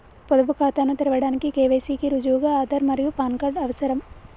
పొదుపు ఖాతాను తెరవడానికి కే.వై.సి కి రుజువుగా ఆధార్ మరియు పాన్ కార్డ్ అవసరం